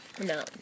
No